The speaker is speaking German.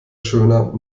schöner